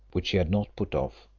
which he had not put off.